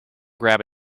grab